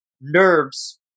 nerves